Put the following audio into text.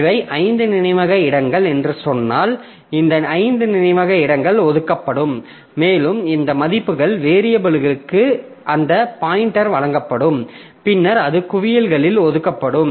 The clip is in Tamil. இவை 5 நினைவக இடங்கள் என்று சொன்னால் இந்த 5 நினைவக இடங்கள் ஒதுக்கப்படும் மேலும் இந்த மதிப்புகள் வேரியபிலுக்கு அந்த பாய்ண்டர் வழங்கப்படும் பின்னர் அது குவியலில் ஒதுக்கப்படும்